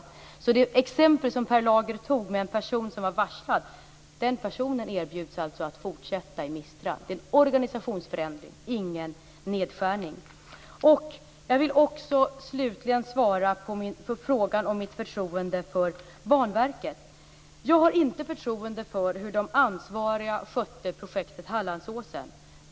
Beträffande det exempel som Per Lager tog med en person som var varslad kan jag säga att den personen erbjuds att fortsätta sitt arbete i Mistra. Det är fråga om en organisationsförändring och inte någon nedskärning. Jag vill slutligen svara på frågan om mitt förtroende för Banverket. Jag har inte förtroende för hur de ansvariga skötte projektet Hallandsåsen.